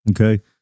Okay